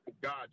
God